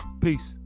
Peace